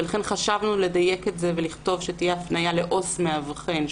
לכן חשבנו לדייק את זה ולכתוב שתהיה הפניה לעו"ס מאבחן,